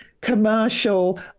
commercial